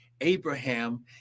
Abraham